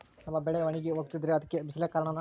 ನಮ್ಮ ಬೆಳೆ ಒಣಗಿ ಹೋಗ್ತಿದ್ರ ಅದ್ಕೆ ಬಿಸಿಲೆ ಕಾರಣನ?